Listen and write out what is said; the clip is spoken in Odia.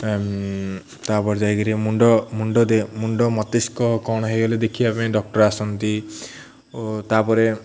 ତା'ପରେ ଯାଇକିରି ମୁଣ୍ଡ ମୁଣ୍ଡ ଦେ ମୁଣ୍ଡ ମସ୍ତିଷ୍କ କ'ଣ ହୋଇଗଲେ ଦେଖିବା ପାଇଁ ଡକ୍ଟର୍ ଆସନ୍ତି ଓ ତା'ପରେ